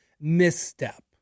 misstep